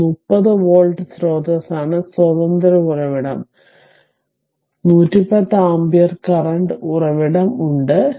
ഇത് 30 വോൾട്ട് സ്രോതസ്സാണ് സ്വതന്ത്ര ഉറവിടം 110 ആമ്പിയർ കറന്റ് ഉറവിടം ഉണ്ട്